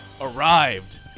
arrived